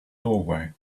doorway